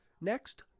Next